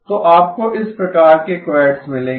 तो आपको इस प्रकार के क्वैड्स मिलेंगें